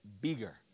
bigger